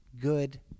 Good